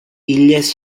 illes